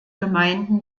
gemeinden